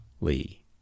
Lee